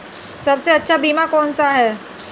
सबसे अच्छा बीमा कौन सा है?